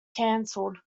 cancelled